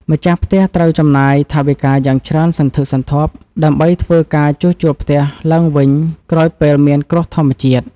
ម្ចាស់ផ្ទះត្រូវចំណាយថវិកាយ៉ាងច្រើនសន្ធឹកសន្ធាប់ដើម្បីធ្វើការជួសជុលផ្ទះឡើងវិញក្រោយពេលមានគ្រោះធម្មជាតិ។